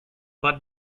but